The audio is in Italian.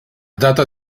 data